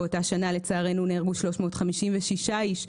לצערנו באותה שנה נהרגו 356 איש.